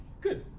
Good